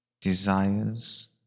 desires